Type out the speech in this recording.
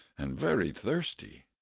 and very thirsty.